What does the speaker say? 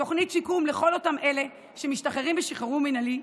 תוכנית שיקום לכל אותם אלה שמשתחררים בשחרור מינהלי.